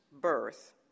birth